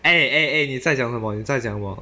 eh eh eh 你在讲什么你在讲什么